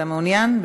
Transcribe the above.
אתה מעוניין?